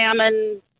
salmon